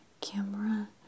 camera